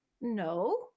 No